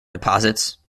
deposits